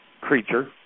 creature